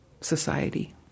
society